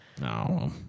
No